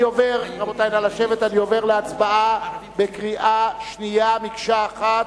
אני עובר להצבעה בקריאה שנייה, מקשה אחת.